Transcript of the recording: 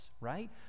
right